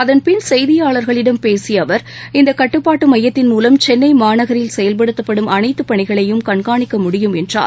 அதன்பின் செய்தியாளர்களிடம் பேசியஅவர் இந்தகட்டுப்பாட்டுமையத்தின் மூலம் சென்னைமாநகரில் செயல்படுத்தப்படும் அனைத்துப் பணிகளையும் கண்காணிக்க முடியும் என்றார்